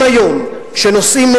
אם היום מהרצלייה,